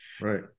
Right